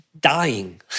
dying